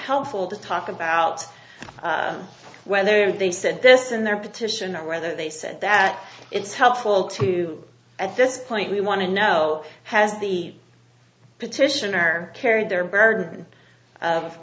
helpful to talk about whether they said this in their petition or whether they said that it's helpful to at this point we want to know has the petitioner carried their burden of